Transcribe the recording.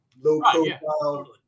low-profile